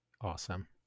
Awesome